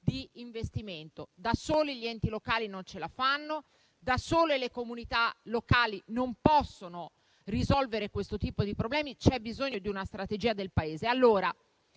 di investimento. Da soli gli enti locali non ce la fanno, da sole le comunità locali non possono risolvere questo tipo di problemi; c'è bisogno di una strategia del Paese.